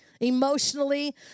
Emotionally